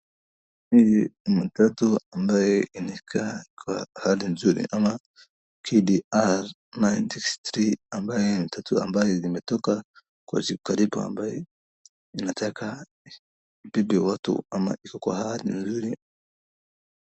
Hizi ni matatu ambaye imekaa kwa hali nzuri ama KDR nine six three ambaye ni matatu ambaye imetoka kwa duka letu ambaye inataka ibebe watu, ama iwekwe kwa hali nzuri.